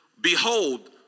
behold